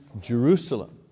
Jerusalem